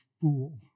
fool